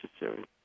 necessary